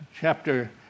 chapter